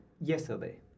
yesterday